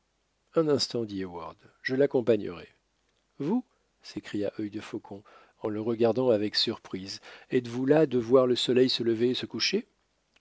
un instant dit heyward je l'accompagnerai vous s'écria œil de faucon en le regardant avec surprise êtes-vous las de voir le soleil se lever et se coucher